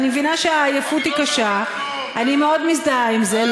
אני מבינה שהעייפות קשה, אני מאוד מזדהה עם זה.